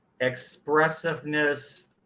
expressiveness